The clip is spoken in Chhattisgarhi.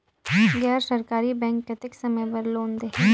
गैर सरकारी बैंक कतेक समय बर लोन देहेल?